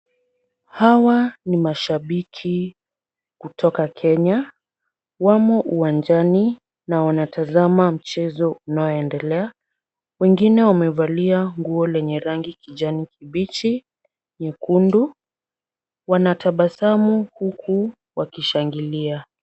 Hawa ni mashabiki kutoka Kenya. Wamo uwanjani na wanatazama mchezo unaoendelea. Wengine wamevalia nguo lenye rangi kijani kibichi, nyekundu. Wanatabasamu huku wakishangilia.